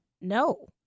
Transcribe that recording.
No